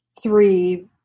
Three